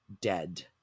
dead